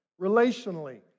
relationally